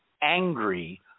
angry